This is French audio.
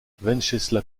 venceslas